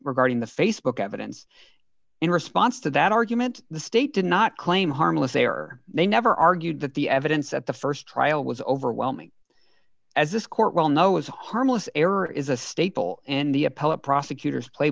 regarding the facebook evidence in response to that argument the state did not claim harmless they are they never argued that the evidence at the st trial was overwhelming as this court will know is harmless error is a staple and the appellate prosecutor's play